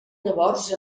llavors